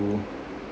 to